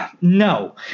No